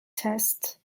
test